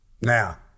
Now